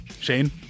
Shane